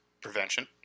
prevention